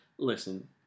listen